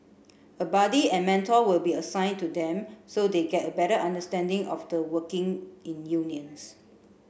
a buddy and mentor will be assigned to them so they get a better understanding of the workings in unions